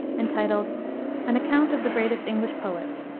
entitled an account of the greatest english poets,